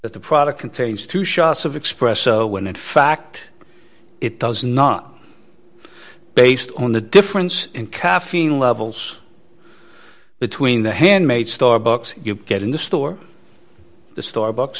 that the product contains two shots of espresso when in fact it does not based on the difference in caffeine levels between the handmade starbucks you get in the store the starbucks